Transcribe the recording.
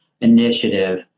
initiative